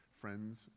friends